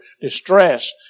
distress